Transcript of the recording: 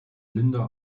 linda